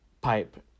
pipe